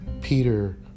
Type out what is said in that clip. Peter